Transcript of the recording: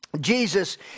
Jesus